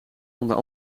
onder